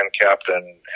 Captain